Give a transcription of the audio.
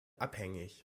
abhängig